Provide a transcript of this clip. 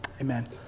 amen